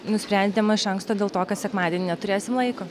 nusprendėm iš anksto dėl to kad sekmadienį neturėsim laiko